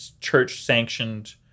church-sanctioned